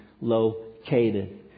located